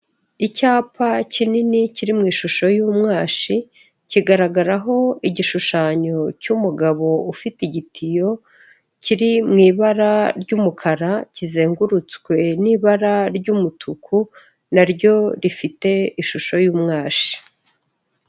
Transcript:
Icyapa kinini kiri mu ishusho y'umwashi, kigaragaraho igishushanyo cy'umugabo ufite igitiyo kiri mu ibara ry'umukara kizengurutswe n'ibara ry'umutuku, na ryo rifite ishusho y'umwashi.